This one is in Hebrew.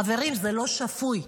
חברים, זה לא שפוי.